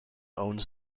owns